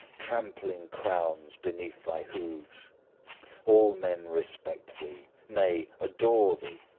trampling crowns beneath thy hoofs all men respect thee nay, adore thee!